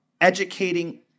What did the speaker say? educating